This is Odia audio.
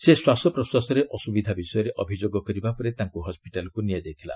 ସେ ଶ୍ୱାସପ୍ରଶ୍ୱାସରେ ଅସୁବିଧା ବିଷୟରେ ଅଭିଯୋଗ କରିବା ପରେ ତାଙ୍କୁ ହସ୍କିଟାଲକୁ ନିଆଯାଇଛି